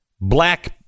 black